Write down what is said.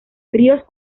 ríos